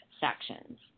sections